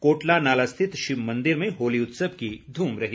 कोटला नाला स्थित शिव मंदिर में होली उत्सव की धूम रही